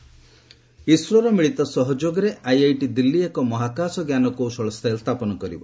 IIT ISRO ଇସ୍ରୋର ମିଳିତ ସହଯୋଗରେ ଆଇଆଇଟି ଦିଲ୍ଲୀ ଏକ ମହାକାଶ ଞ୍ଜାନକୌଶଳ ସେଲ୍ ସ୍ଥାପନ କରିବ